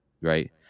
right